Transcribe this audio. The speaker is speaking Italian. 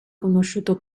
conosciuto